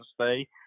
stay